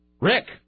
Rick